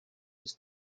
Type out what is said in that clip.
his